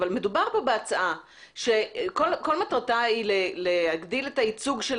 אבל מדובר פה בהצעה שכל מטרתה היא להגדיל את הייצוג של